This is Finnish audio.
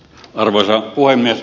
arvoisa puhemies